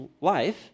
life